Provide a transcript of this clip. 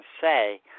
say